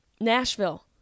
Nashville